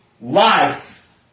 life